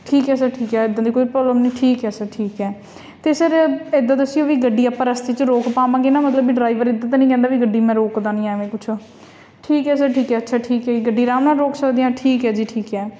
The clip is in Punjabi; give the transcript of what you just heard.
ਠੀਕ ਹੈ ਸਰ ਠੀਕ ਹੈ ਇਦਾਂ ਦੀ ਕੋਈ ਪ੍ਰੋਬਲਮ ਨਹੀਂ ਠੀਕ ਹੈ ਸਰ ਠੀਕ ਹੈ ਅਤੇ ਸਰ ਇੱਦਾਂ ਦੱਸਿਓ ਵੀ ਗੱਡੀ ਆਪਾਂ ਰਸਤੇ 'ਚ ਰੋਕ ਪਾਵਾਂਗੇ ਨਾ ਮਤਲਬ ਵੀ ਡਰਾਈਵਰ ਇੱਦਾਂ ਤਾਂ ਨਹੀਂ ਕਹਿੰਦਾ ਵੀ ਗੱਡੀ ਮੈਂ ਰੋਕਦਾ ਨਹੀਂ ਐਵੇਂ ਕੁਛ ਠੀਕ ਹੈ ਸਰ ਠੀਕ ਹੈ ਅੱਛਾ ਠੀਕ ਹੈ ਜੀ ਗੱਡੀ ਆਰਾਮ ਨਾਲ ਰੋਕ ਸਕਦੇ ਹਾਂ ਠੀਕ ਹੈ ਜੀ ਠੀਕ ਹੈ